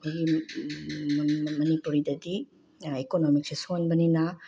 ꯃꯅꯤꯄꯨꯔꯗꯗꯤ ꯏꯀꯣꯅꯣꯃꯤꯛꯁꯦ ꯁꯣꯟꯕꯅꯤꯅ